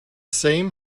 same